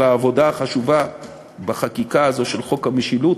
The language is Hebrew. על העבודה החשובה בחקיקה הזו של חוק המשילות,